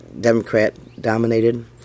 Democrat-dominated